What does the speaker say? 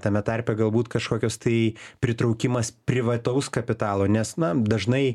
tame tarpe galbūt kažkokios tai pritraukimas privataus kapitalo nes na dažnai